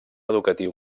educatiu